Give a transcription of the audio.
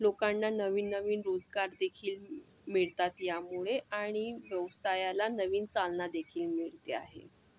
लोकांना नवीननवीन रोजगारदेखील मिळतात यामुळे आणि व्यवसायाला नवीन चालनादेखील मिळते आहे